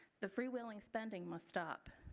the free wheeling spending must stop.